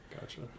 Gotcha